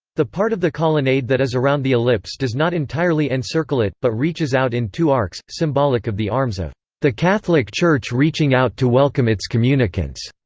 the part of the colonnade that is around the ellipse does not entirely encircle it, but reaches out in two arcs, symbolic of the arms of the catholic church reaching out to welcome its communicants.